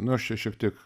na aš čia šiek tiek